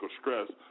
stress